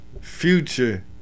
Future